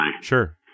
Sure